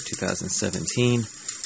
2017